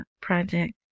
project